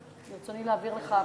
ברצוני להעביר לך פתק.